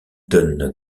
donnent